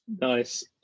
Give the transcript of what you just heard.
Nice